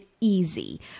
easy